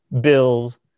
bills